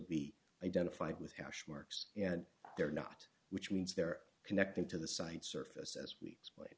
be identified with hash marks and they're not which means they're connecting to the site surface as weeks